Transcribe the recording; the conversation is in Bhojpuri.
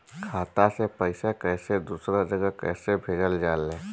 खाता से पैसा कैसे दूसरा जगह कैसे भेजल जा ले?